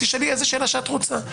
תשאלי איזה שאלה שאת רוצה.